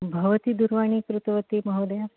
भवती दुरवाणी कृतवती महोदया